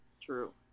True